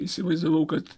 įsivaizdavau kad